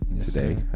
today